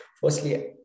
firstly